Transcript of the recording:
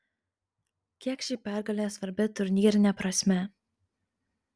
kiek ši pergalė svarbi turnyrine prasme